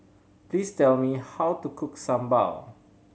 please tell me how to cook sambal